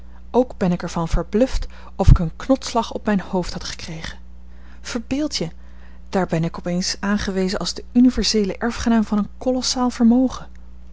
ook ben ik er van verbluft of ik een knodsslag op mijn hoofd had gekregen verbeeld je daar ben ik op eens aangewezen als de universeele erfgenaam van een kolossaal vermogen